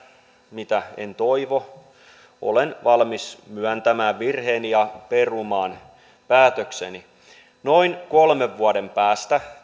mitä en toivo olen valmis myöntämään virheeni ja perumaan päätökseni noin kolmen vuoden päästä